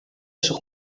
sus